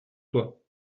toi